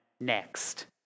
next